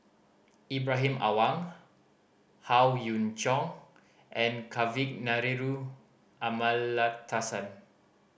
Ibrahim Awang Howe Yoon Chong and Kavignareru Amallathasan